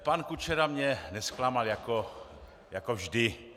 Pan Kučera mě nezklamal, jako vždy.